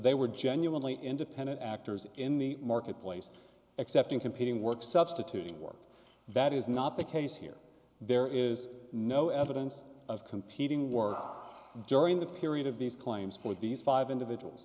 they were genuinely independent actors in the marketplace excepting competing work substituting work that is not the case here there is no evidence of competing war during the period of these claims for these five individuals